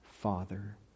Father